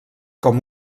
com